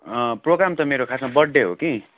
programme त मेरो खासमा बर्थडे हो कि